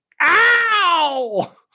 Ow